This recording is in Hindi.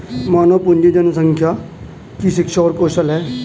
मानव पूंजी जनसंख्या की शिक्षा और कौशल है